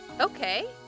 Okay